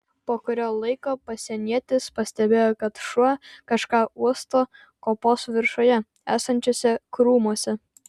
po kurio laiko pasienietis pastebėjo kad šuo kažką uosto kopos viršuje esančiuose krūmuose